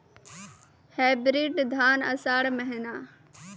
Hybrid धान आषाढ़ महीना?